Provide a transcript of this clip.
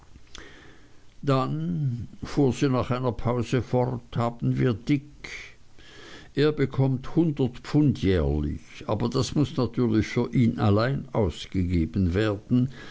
dann fuhr sie nach einer pause fort haben wir dick er bekommt hundert pfund jährlich aber das muß natürlich für ihn allein ausgegeben werden